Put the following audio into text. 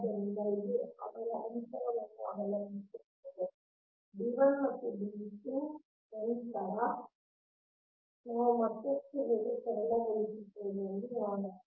ಆದ್ದರಿಂದ ಇದು ಅವರ ಅಂತರವನ್ನು ಅವಲಂಬಿಸಿರುತ್ತದೆ D 1 ಮತ್ತು D 2 ನಂತರ ನಾವು ಮತ್ತಷ್ಟು ಹೇಗೆ ಸರಳಗೊಳಿಸುತ್ತೇವೆ ಎಂದು ನೋಡೋಣ